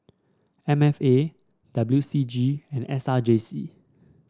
M F A W C G and S R J C